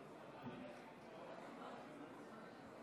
אין נמנעים.